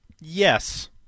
Yes